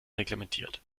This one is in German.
reglementiert